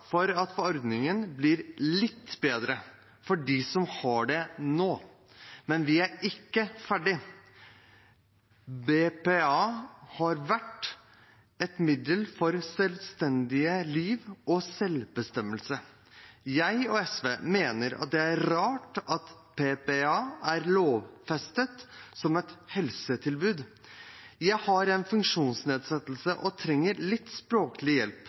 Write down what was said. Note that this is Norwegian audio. for at ordningen blir litt bedre for dem som har den nå, men vi er ikke ferdig. BPA har vært et middel for selvstendige liv og selvbestemmelse. Jeg og SV mener det er rart at BPA er lovfestet som et helsetilbud. Jeg har en funksjonsnedsettelse og trenger litt språklig hjelp.